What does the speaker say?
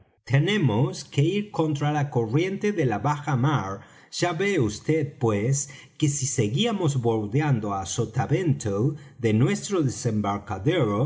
tenemos que ir contra la corriente de la bajamar ya ve vd pues que si seguíamos bordeando á sotavento de nuestro desembarcadero